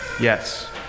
Yes